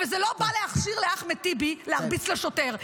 זה לא בא להכשיר לאחמד טיבי הרבצה לשוטר,